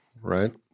Right